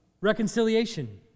reconciliation